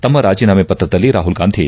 ತಮ್ಮ ರಾಜೀನಾಮೆ ಪತ್ರದಲ್ಲಿ ರಾಹುಲ್ ಗಾಂಧಿ